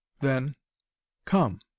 Then—'Come